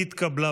נתקבל.